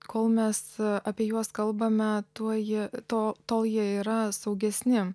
kol mes apie juos kalbame tuo jie to tol jie yra saugesni